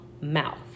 mouth